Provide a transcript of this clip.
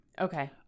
okay